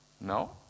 No